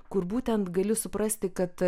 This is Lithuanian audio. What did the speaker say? kur būtent gali suprasti kad